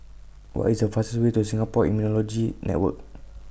What IS The fastest Way to Singapore Immunology Network